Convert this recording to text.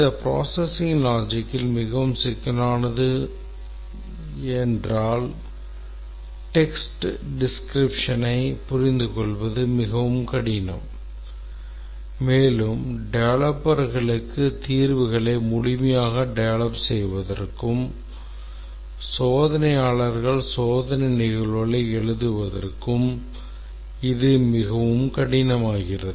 இந்த processing logic மிகவும் சிக்கலானது என்றால் text descriptionஐ புரிந்து கொள்வது மிகவும் கடினம் மேலும் டெவலப்பர்களுக்கு தீர்வுகளை முழுமையாக டெவெலப் செய்வதற்கும் சோதனையாளர்கள் சோதனை நிகழ்வுகளை எழுதுவதற்கும் இது மிகவும் கடினமாகிறது